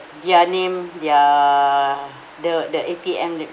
their name their the the A_T_M